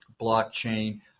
blockchain